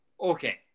Okay